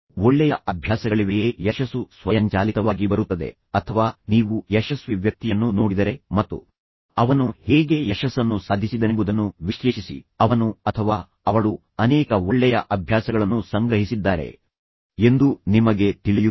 ಒಳ್ಳೆಯ ಅಭ್ಯಾಸಗಳಿವೆಯೇ ಯಶಸ್ಸು ಸ್ವಯಂಚಾಲಿತವಾಗಿ ಬರುತ್ತದೆ ಅಥವಾ ನೀವು ಯಶಸ್ವಿ ವ್ಯಕ್ತಿಯನ್ನು ನೋಡಿದರೆ ಮತ್ತು ಅವನು ಹೇಗೆ ಯಶಸ್ಸನ್ನು ಸಾಧಿಸಿದನೆಂಬುದನ್ನು ವಿಶ್ಲೇಷಿಸಿ ಅವನು ಅಥವಾ ಅವಳು ಅನೇಕ ಒಳ್ಳೆಯ ಅಭ್ಯಾಸಗಳನ್ನು ಸಂಗ್ರಹಿಸಿದ್ದಾರೆ ಎಂದು ನಿಮಗೆ ತಿಳಿಯುತ್ತದೆ